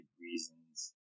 reasons